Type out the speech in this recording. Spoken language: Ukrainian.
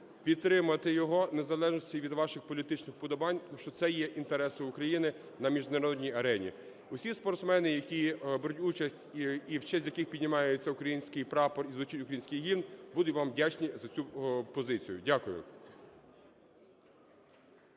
підтримати його в незалежності від ваших політичних вподобань, тому що це є інтереси України на міжнародній арені. Усі спортсмени, які беруть участь і в честь яких піднімається український прапор і звучить український гімн, будуть вам вдячні за цю позицію. Дякую.